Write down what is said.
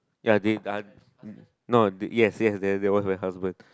ya they uh no yes yes that that was my husband